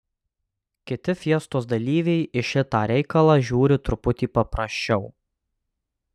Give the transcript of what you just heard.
kiti fiestos dalyviai į šitą reikalą žiūri truputį paprasčiau